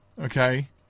okay